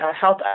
health